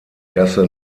gasse